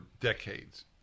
decades